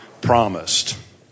promised